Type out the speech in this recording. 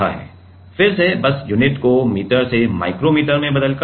फिर से बस यूनिट को मीटर से माइक्रो मीटर में बदलकर